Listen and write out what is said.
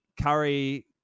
Curry